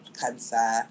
cancer